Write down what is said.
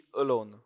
alone